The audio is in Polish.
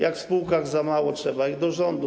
Jak w spółkach za mało, trzeba ich do rządu.